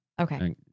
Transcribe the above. Okay